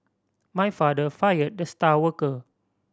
my father fired the star worker